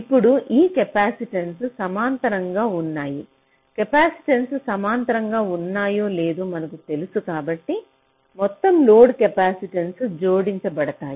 ఇప్పుడు ఈ కెపాసిటెన్స్ సమాంతరంగా ఉన్నాయి కెపాసిటెన్సులు సమాంతరంగా ఉన్నాయో లేదో మనకు తెలుసు కాబట్టి మొత్తం లోడ్ కెపాసిటెన్సులు జోడించబడతాయి